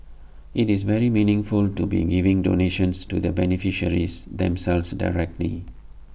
IT is very meaningful to be giving donations to the beneficiaries themselves directly